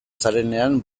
zarenean